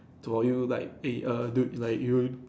so are you like eh a err dude like you